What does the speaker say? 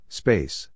space